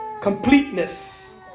completeness